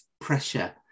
pressure